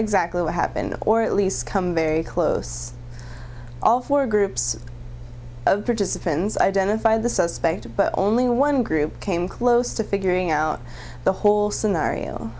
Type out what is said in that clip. exactly what happened or at least come very close all for good participants identify the suspect but only one group came close to figuring out the whole scenario